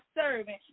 serving